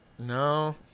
No